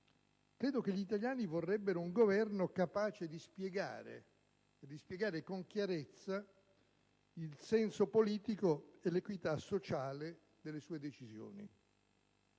Penso che gli italiani vorrebbero un Governo capace di spiegare con chiarezza il senso politico e l'equità sociale delle sue decisioni.